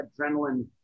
adrenaline